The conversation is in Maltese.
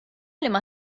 liema